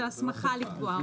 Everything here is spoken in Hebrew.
זו הסמכה לקבוע הוראות.